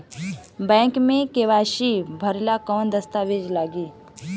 Bank मे KYC भरेला कवन दस्ता वेज लागी?